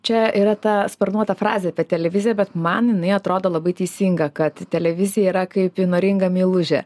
čia yra ta sparnuota frazė apie televiziją bet man jinai atrodo labai teisinga kad televizija yra kaip įnoringa meilužė